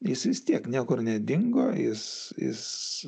jis vis tiek niekur nedingo jis jis